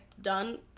done